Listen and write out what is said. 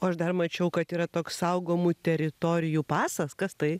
o aš dar mačiau kad yra toks saugomų teritorijų pasas kas tai